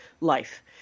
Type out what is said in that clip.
life